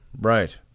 Right